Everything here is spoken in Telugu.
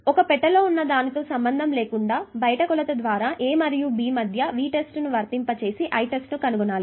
ఒక పెట్టెలో ఉన్న దానితో సంబంధం లేకుండా బయటి కొలత ద్వారా a మరియు b మధ్య Vtest ని వర్తింపజేసి I test ను కనుగొనాలి